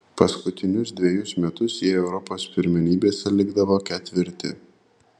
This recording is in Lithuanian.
paskutinius dvejus metus jie europos pirmenybėse likdavo ketvirti